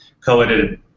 co-edited